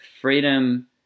freedom